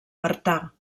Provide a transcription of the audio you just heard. artà